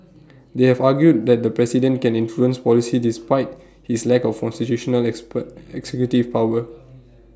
they have argued that the president can influence policy despite his lack of constitutional expert executive power